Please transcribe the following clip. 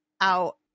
out